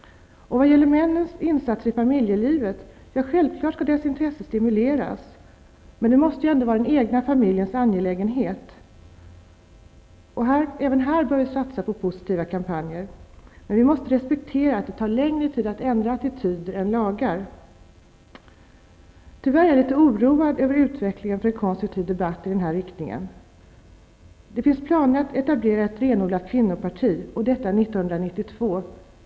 Vad gäller männens insatser i familjelivet skall självfallet deras intresse för detta stimuleras, men det måste ändå vara den enskilda familjens angelägenhet. Även här bör vi satsa på positiva kampanjer. Men vi måste respektera att det tar längre tid att ändra attityder än lagar. Jag är litet oroad över utvecklingen vad gäller en konstruktiv debatt i dessa frågor. Det finns planer på att etablera ett renodlat kvinnoparti, och detta år 1992.